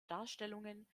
darstellungen